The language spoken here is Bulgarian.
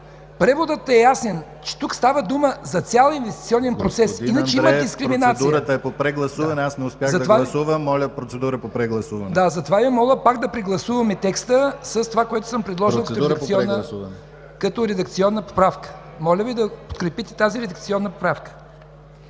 Преводът е ясен, че тук става дума за цял инвестиционен процес, иначе има дискриминация. ПРЕДСЕДАТЕЛ ДИМИТЪР ГЛАВЧЕВ: Господин Андреев, процедурата е по прегласуване, аз не успях да гласувам. Моля процедура по прегласуване. МЕТОДИ АНДРЕЕВ: Затова Ви моля пак да прегласуваме текста с това, което съм предложил като редакционна поправка. Моля Ви да подкрепите тази редакционна поправка.